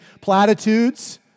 platitudes